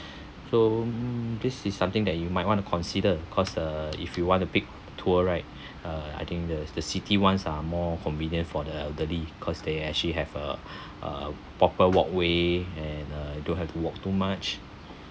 so this is something that you might want to consider cause uh if you want a big tour right uh I think the the city ones are more convenient for the elderly cause they actually have a a proper walkway and uh don't have to walk too much